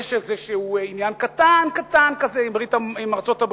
ויש איזשהו עניין קטן קטן כזה עם ארצות-הברית,